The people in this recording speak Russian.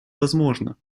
возможно